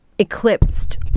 Eclipsed